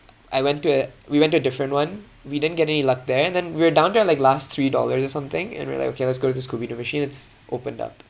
I went to uh we went to a different one we didn't get any luck there and then we were down to like last three dollars or something and we're like okay let's go to the scooby doo machine it's opened up